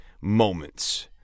moments